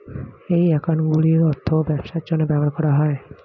এই অ্যাকাউন্টগুলির অর্থ ব্যবসার জন্য ব্যবহার করা হয়